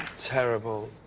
terrible